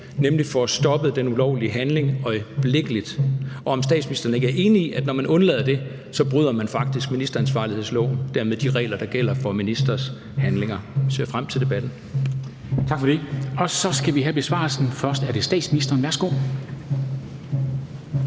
nemlig får stoppet den ulovlige handling øjeblikkeligt – og om statsministeren ikke er enig i, at når man undlader det, så bryder man faktisk ministeransvarlighedsloven og dermed de regler, der gælder for ministres handlinger. Jeg ser frem til debatten. Kl. 13:02 Formanden (Henrik Dam Kristensen): Tak for det. Så skal vi have besvarelsen, og først er det statsministeren. Værsgo.